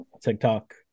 TikTok